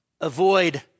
avoid